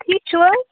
ٹھیٖک چھِو حظ